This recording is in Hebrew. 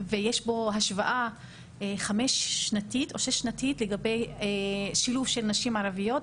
ויש בו השוואה חמש או שש שנתית לגבי השילוב של נשים ערביות,